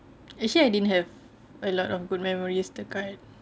actually I didn't have a lot of good memories dekat